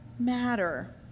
matter